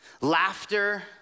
Laughter